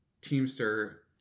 teamster